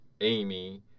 Amy